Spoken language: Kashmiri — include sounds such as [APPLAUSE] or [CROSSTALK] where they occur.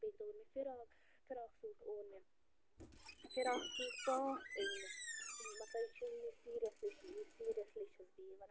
بیٚکہِ دۄہ اوٚن مےٚ فِراک فِراک سوٗٹ اوٚن مےٚ فِراک سوٗٹ پانٛژھ ٲنۍ مےٚ مطلب یہِ چھُ [UNINTELLIGIBLE] سیٖریَسلی چھَس بہٕ یہِ وَنان